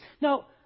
Now